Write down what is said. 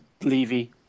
Levy